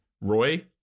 Roy